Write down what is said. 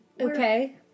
Okay